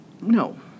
No